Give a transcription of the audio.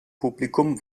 publikum